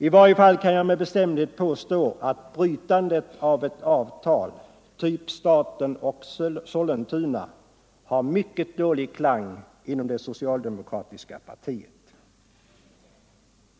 I varje fall kan jag med bestämdhet påstå att brytandet av ett avtal typ staten-Sollentuna har mycket dålig klang inom det socialdemokratiska partiet.